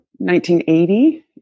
1980